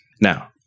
Now